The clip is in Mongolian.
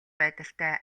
байдалтай